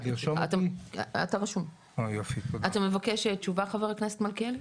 אתה מבקש תשובה, חבר הכנסת מלכיאלי?